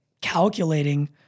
calculating